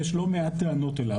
יש לא מעט טענות אליו,